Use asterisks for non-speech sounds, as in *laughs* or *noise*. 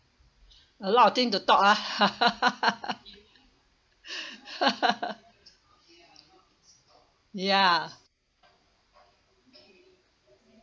a lot of thing to talk ah *laughs* *breath* ya